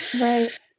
Right